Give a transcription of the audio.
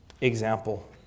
example